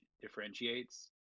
differentiates